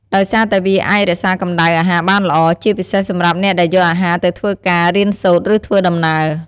ដោយសារតែវាអាចរក្សាកម្ដៅអាហារបានល្អ ជាពិសេសសម្រាប់អ្នកដែលយកអាហារទៅធ្វើការ រៀនសូត្រ ឬធ្វើដំណើរ។